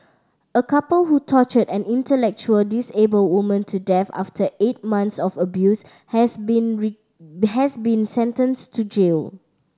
a couple who tortured an intellectual disabled woman to death after eight months of abuse has been has been sentenced to jail